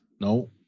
No